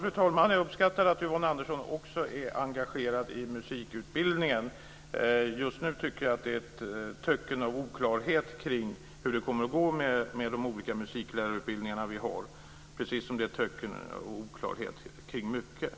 Fru talman! Jag uppskattar att Yvonne Andersson också är engagerad i musikutbildningen. Just nu tycker jag att det är ett töcken av oklarhet kring hur det kommer att gå med de olika musiklärarutbildningar vi har, precis som det är ett töcken och råder oklarhet kring mycket annat.